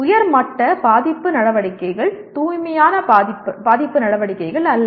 உயர் மட்ட பாதிப்பு நடவடிக்கைகள் தூய்மையான பாதிப்பு நடவடிக்கைகள் அல்ல